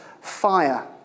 fire